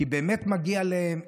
כי באמת מגיע להם,